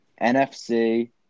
NFC